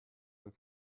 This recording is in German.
und